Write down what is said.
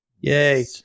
Yay